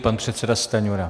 Pan předseda Stanjura.